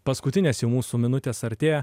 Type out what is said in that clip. paskutinės jau mūsų minutės artėja